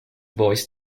voice